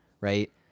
right